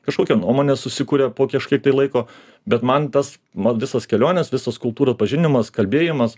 kažkokią nuomonę susikuria po kažkiek tai laiko bet man tas ma visos kelionės visos kultūrų atpažinimas kalbėjimas